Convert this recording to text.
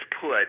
put